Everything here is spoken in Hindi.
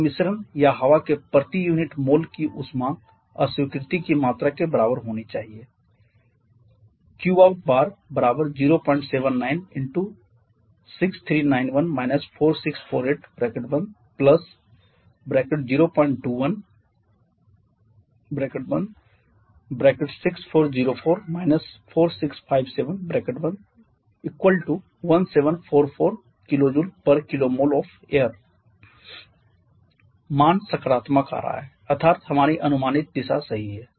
तब मिश्रण या हवा के प्रति यूनिट मोल की उष्मा अस्वीकृति की मात्रा के बराबर होना चाहिए qout0790211744 KJkmol of air मान सकारात्मक आ रहा है अर्थात हमारी अनुमानित दिशा सही है